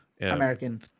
american